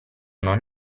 non